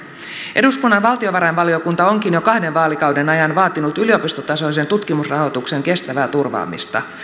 eduskunnan valtiovarainvaliokunta onkin jo kahden vaalikauden ajan vaatinut yliopistotasoisen tutkimusrahoituksen kestävää turvaamista